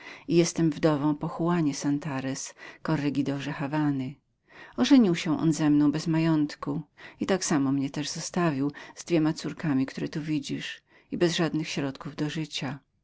jestem wdową po don juanie santarez korregidorze hawany ożenił się był ze mną bez majątku i tak samo mnie też zostawił z dwoma córkami które tu widzisz i bez żadnego sposobu do życia